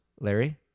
Larry